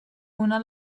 una